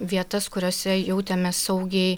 vietas kuriose jautėmės saugiai